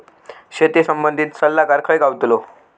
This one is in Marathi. शेती संबंधित सल्लागार खय गावतलो?